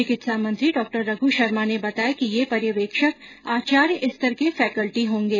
चिकित्सा मंत्री डॉ रघु शर्मा ने बताया कि ये पर्यवेक्षक आचार्य स्तर के फैकल्टी होंगे